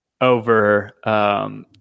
over